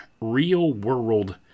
real-world